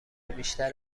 بیشتر